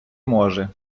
може